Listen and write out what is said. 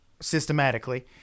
systematically